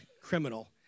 criminal